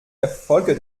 erfolge